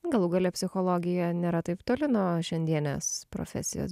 galų gale psichologija nėra taip toli nuo šiandienės profesijos